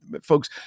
folks